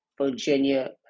Virginia